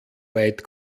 weit